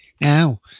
now